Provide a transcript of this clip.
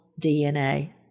DNA